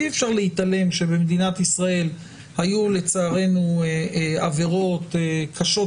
אי אפשר להתעלם שבמדינת ישראל היו לצערנו עבירות קשות